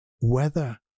weather